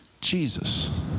Jesus